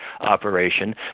operation